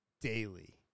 daily